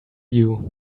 you